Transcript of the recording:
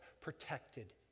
protected